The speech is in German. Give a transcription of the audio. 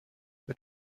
wird